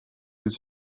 with